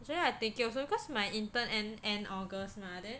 actually I thinking also cause my intern end end August mah then